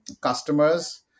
customers